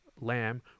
lamb